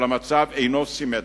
אבל המצב אינו סימטרי.